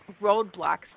roadblocks